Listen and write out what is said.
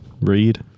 Read